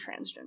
transgender